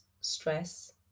stress